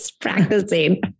practicing